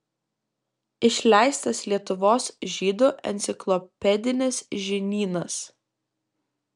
išleistas lietuvos žydų enciklopedinis žinynas